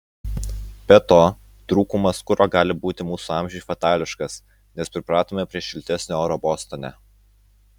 be to trūkumas kuro gali būti mūsų amžiui fatališkas nes pripratome prie šiltesnio oro bostone